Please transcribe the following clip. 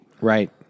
Right